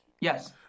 Yes